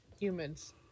humans